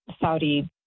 Saudi